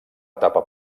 etapa